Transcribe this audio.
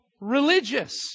religious